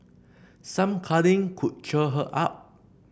some cuddling could cheer her up